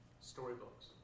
Storybooks